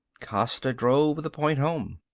costa drove the point home.